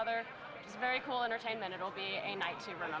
other very cool entertainment it will be a night to run